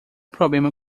problema